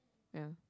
yeah